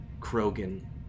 Krogan